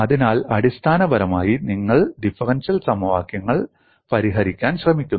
അതിനാൽ അടിസ്ഥാനപരമായി നിങ്ങൾ ഡിഫറൻഷ്യൽ സമവാക്യങ്ങൾ പരിഹരിക്കാൻ ശ്രമിക്കുന്നു